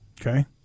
Okay